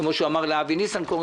כפי שהוא אמר לאבי ניסנקורן,